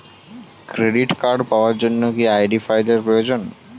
Credit card পাওয়ার জন্য কি আই.ডি ফাইল এর প্রয়োজন?